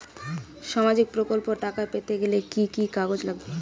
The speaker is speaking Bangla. সামাজিক প্রকল্পর টাকা পেতে গেলে কি কি কাগজ লাগবে?